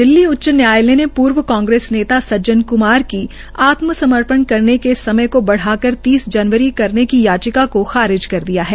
दिल्ली उच्च न्यायालय ने पूर्व कांग्रेस नेता सज्जन क्मार की आत्मसमर्पण करेन के समय को बढ़ा कर तीन जनवरी करने की याचिका को खारिज कर दिया है